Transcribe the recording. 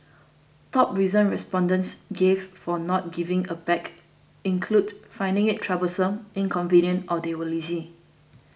top reasons respondents gave for not giving a bag included finding it troublesome inconvenient or they were lazy